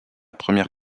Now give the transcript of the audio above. première